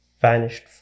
vanished